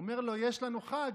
הוא אמר לו: יש לנו חג,